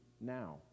now